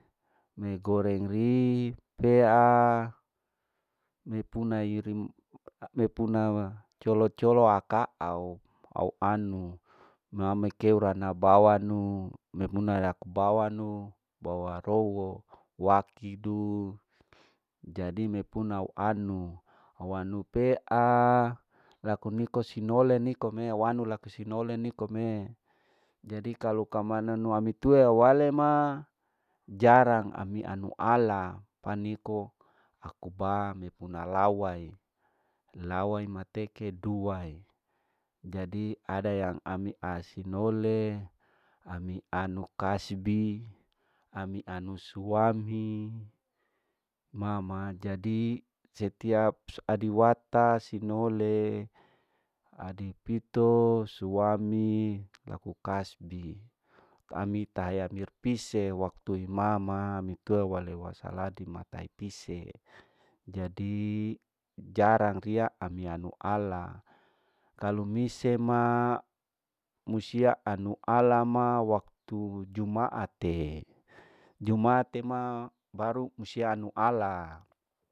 Mi goreng ri pea, mi puna mai rim me puna colo colo aka au, au anu ma mi keu rana bawanu mipuna laku bawanu, bawa rowo, wakidu jadi mipunau anu, au anu pea laku niko sinole nikome, awanu laku sinole nikome jadi kalau kamanu ami tue awale ma jarang ami anu ala paniko aku ba mi puna lawae, lawa imateeke duae jadi ada yang ami asinole, ami anu kasbi, ami anu suami ajadi setiap adi wata sinole adi pito suami laku kasbi, ami tahayane pise waktu imama mi keu wale wasaladi matai pise jadi, jarang ria ami anu ala kalu misie ma musia anu ala ma waktu jumaate, jumaate ma baru musia anu ala.